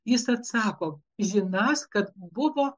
jis atsako žinanąs kad buvo